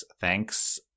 Thanks